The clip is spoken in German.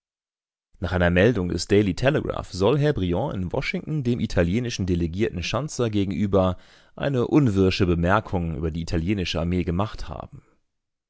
nach einer meldung des daily telegraph soll herr briand in washington dem italienischen delegierten schanzer gegenüber eine unwirsche bemerkung über die italienische armee gemacht haben